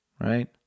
Right